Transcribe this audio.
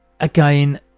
Again